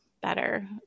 better